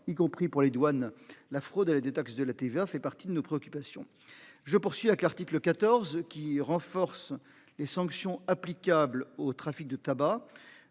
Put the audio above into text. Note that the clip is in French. y compris pour les douanes, la fraude à la détaxe de la TVA fait partie de nos préoccupations. Je poursuis la que l'article 14 qui renforce les sanctions applicables aux trafic de tabac.